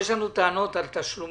ויש לנו טענות על תשלומים,